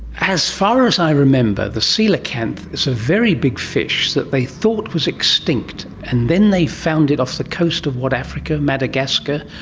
as far as i remember, the coelacanth is a very big fish that they thought was extinct, and then they found it off the coast of, what, africa, madagascar,